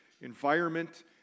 environment